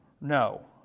No